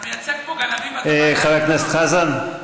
אתה מייצג פה גנבים, ואתה, חבר הכנסת חזן.